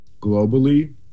globally